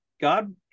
God